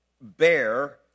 bear